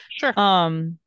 Sure